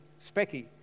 specky